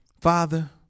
Father